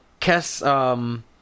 Kes